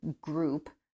group